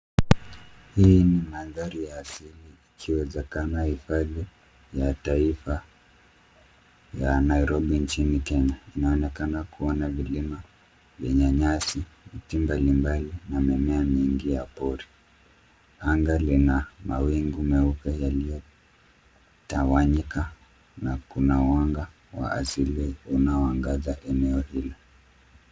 Hii ni mandhari ya asili ikiwezekana hifadhi ya taifa ya Nairobi nchini Kenya. Inaonekana kuona vilima vyenye nyasi, miti mbalimbali na mimea mingi ya pori. Anga lina mawingu meupe yaliyo tawanyika na kuna mwanga wa asili unaoangaza eneo hilo.